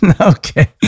Okay